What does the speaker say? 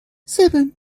seven